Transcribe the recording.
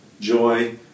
joy